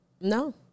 No